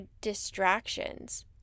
distractions